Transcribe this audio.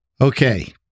Okay